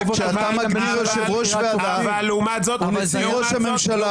--- כשאתה מגדיר יושב-ראש ועדה --- לעומת זאת ההצעה